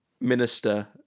minister